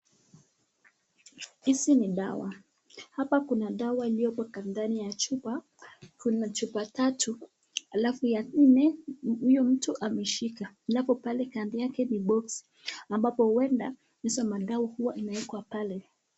Hizi ni dawa hapa kuna dawa iliopo ndani ya chupa kuna chupa tatu alafu ya nne huyo mtu ameshika alafu pale kando yake ni boksi ambapo huenda hizo madawa inawekwa pale.